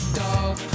dog